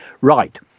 right